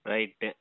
Right